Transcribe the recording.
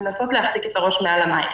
לנסות להחזיק את הראש מעל המים.